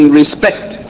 respect